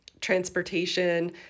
transportation